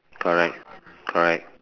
correct correct